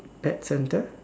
pet centre